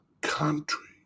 country